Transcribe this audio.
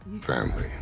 family